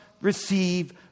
receive